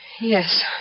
Yes